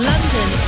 London